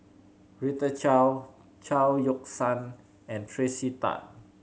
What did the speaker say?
Rita Chao Chao Yoke San and Tracey Tan